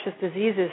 diseases